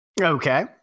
Okay